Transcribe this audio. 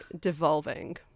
devolving